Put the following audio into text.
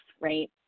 right